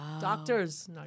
Doctors